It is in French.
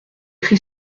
cri